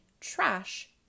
trash